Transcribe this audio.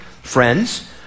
friends